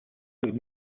with